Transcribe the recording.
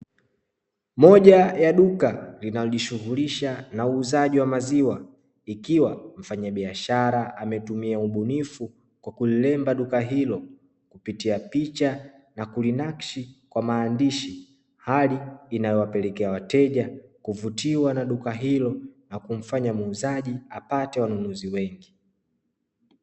Moja ya duka linalojishuhulisha na uuzaji wa maziwa, ikiwa mfanyabiashara ametumia ubunifu wa kuliremba duka hilo kupitia picha na kulinakshi kwa maandishi; hali inayowapelekea wateja kuvutiwa na duka hilo na kumfanya muuzaji apate wanunuzi wengi.